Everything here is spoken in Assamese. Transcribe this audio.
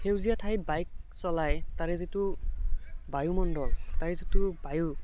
সেউজীয়া ঠাইত বাইক চলাই তাৰে যিটো বায়ুমণ্ডল তাৰে যিটো বায়ু